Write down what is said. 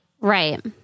Right